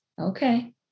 Okay